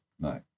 No